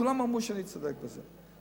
כולם אמרו שאני צודק בזה.